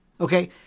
Okay